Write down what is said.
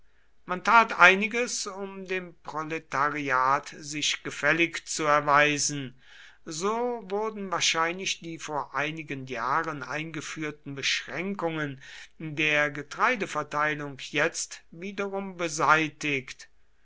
man tat einiges um dem proletariat sich gefällig zu erweisen so wurden wahrscheinlich die vor einigen jahren eingeführten beschränkungen der getreideverteilung jetzt wiederum beseitigt